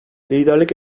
liderlik